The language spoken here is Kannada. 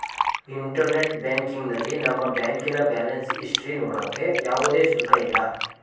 ಇಂಟರ್ನೆಟ್ ಬ್ಯಾಂಕಿಂಗ್ನಲ್ಲಿ ನಮ್ಮ ಬ್ಯಾಂಕಿನ ಬ್ಯಾಲೆನ್ಸ್ ಇಸ್ಟರಿ ನೋಡೋಕೆ ಯಾವುದೇ ಶುಲ್ಕ ಇಲ್ಲ